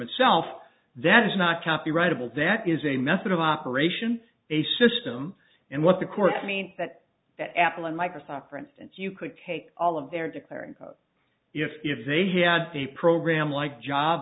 itself that is not copyrightable that is a method of operation a system and what the court means that that apple and microsoft for instance you could take all of their declaring if if they had a program like